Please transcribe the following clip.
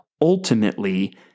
ultimately